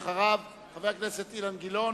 אחריו, חבר הכנסת אילן גילאון